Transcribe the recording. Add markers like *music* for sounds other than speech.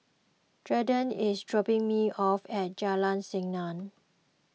*unintelligible* is dropping me off at Jalan Senang